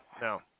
no